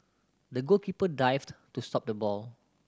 the goalkeeper dived to stop the ball